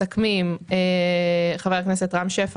מסכמים חבר הכנסת רם שפע,